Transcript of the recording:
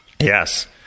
Yes